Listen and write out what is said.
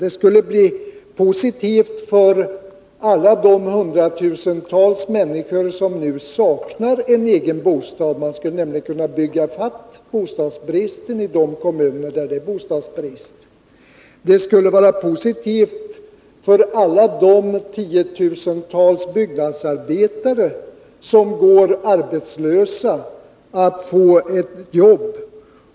Den skulle vara positiv för de hundratusentals människor som nu saknar en egen bostad, för man skulle kunna bygga ifatt bostadsbristen i kommuner med bostadsbrist. Den skulle vara positiv för de tiotusentals byggnadsarbetare som går arbetslösa, för de skulle kunna få ett jobb.